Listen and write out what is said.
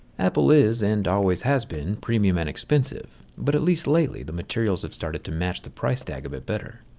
apple is, and always has been, premium and expensive, but at least lately the materials have started to match the price tag a bit better.